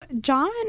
john